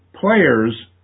players